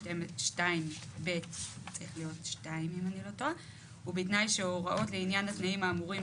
בכלל, אני חושב שהשאלה הכלכלית